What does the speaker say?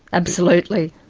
absolutely.